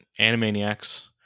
Animaniacs